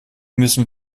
müssen